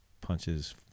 punches